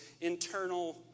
internal